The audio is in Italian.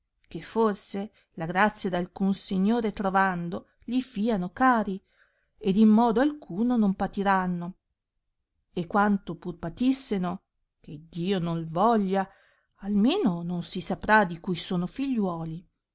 che forse la grazia d alcun signore trovando li fìano cari ed in modo alcuno non patiranno e quanto pur patisseno che iddio noi voglia almeno non si saprà di cui sono figliuoli